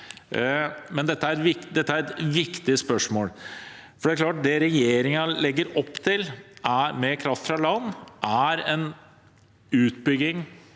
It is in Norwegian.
Dette er et viktig spørsmål. Det er klart at det regjeringen legger opp til med kraft fra land, er en utbygging